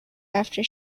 after